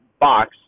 box